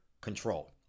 control